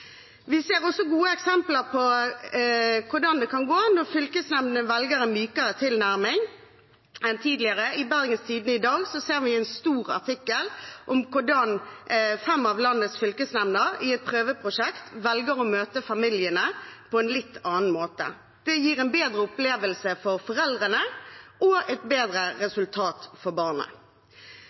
Vi ser også gode eksempler på hvordan det kan gå når fylkesnemndene velger en mykere tilnærming enn tidligere. I Bergens Tidende i dag ser vi en stor artikkel om hvordan fem av landets fylkesnemnder i et prøveprosjekt velger å møte familiene på en litt annen måte. Det gir en bedre opplevelse for foreldrene og et bedre resultat for